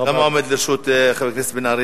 עומד לרשות בן-ארי?